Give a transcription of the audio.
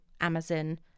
Amazon